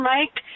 Mike